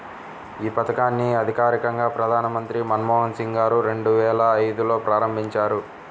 యీ పథకాన్ని అధికారికంగా ప్రధానమంత్రి మన్మోహన్ సింగ్ గారు రెండువేల ఐదులో ప్రారంభించారు